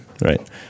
right